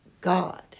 god